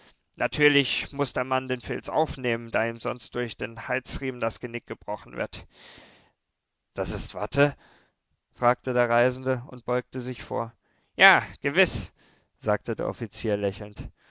natürlich muß der mann den filz aufnehmen da ihm sonst durch den halsriemen das genick gebrochen wird das ist watte fragte der reisende und beugte sich vor ja gewiß sagte der offizier lächelnd